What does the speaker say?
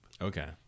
Okay